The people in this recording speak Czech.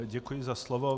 Děkuji za slovo.